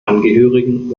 angehörigen